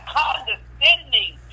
condescending